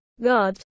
God